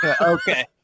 Okay